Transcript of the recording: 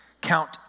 count